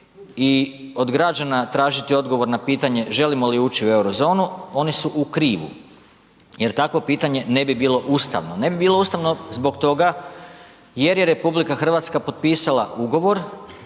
i od građana tražiti odgovor na pitanje želimo li ući u euro zonu, oni su u krivu, jer takvo pitanje ne bi bilo ustavno. Ne bi bilo ustavno zbog toga jer je RH potpisala ugovor